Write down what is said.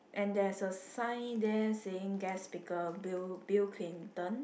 and there's a sign there saying guest speaker Bill Bill Clinton